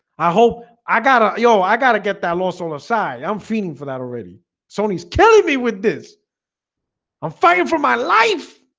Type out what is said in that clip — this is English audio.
i hope i got a yo, i gotta get that lost on the side. i'm feeling for that already sony's killing me with this i'm fighting for my life